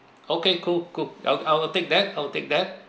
okay cool cool I'll I'll take that I'll take that